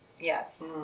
Yes